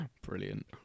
Brilliant